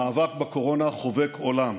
המאבק בקורונה חובק עולם.